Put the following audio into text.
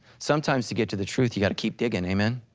sometimes to get to the truth, you gotta keep digging, amen?